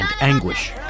anguish